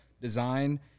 design